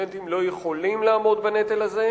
הסטודנטים לא יכולים לעמוד בנטל הזה,